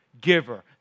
giver